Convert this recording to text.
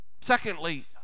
Secondly